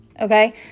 Okay